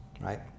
right